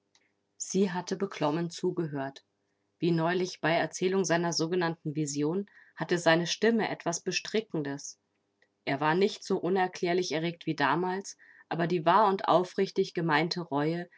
sie hatte beklommen zugehört wie neulich bei erzählung seiner sogenannten vision hatte seine stimme etwas bestrickendes er war nicht so unerklärlich erregt wie damals aber die wahr und aufrichtig gemeinte reue